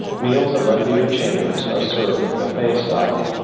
meals at leadbeater chambers are served buffet style,